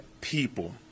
people